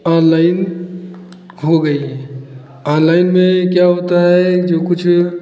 online हो गई हैं आनलाइन में क्या होता है जो कुछ